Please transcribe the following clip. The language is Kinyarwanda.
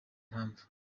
impamvu